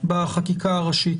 בחקיקה הראשית.